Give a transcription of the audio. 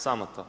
Samo to.